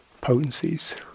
potencies